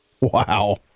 Wow